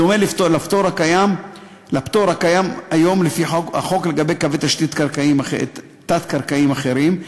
בדומה לפטור הקיים היום לפי החוק לגבי קווי תשתית תת-קרקעיים אחרים,